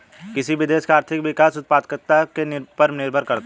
किसी भी देश का आर्थिक विकास उत्पादकता पर निर्भर करता हैं